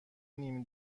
نیم